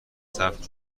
صبر